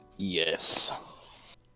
Yes